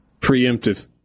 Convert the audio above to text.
Preemptive